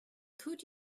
could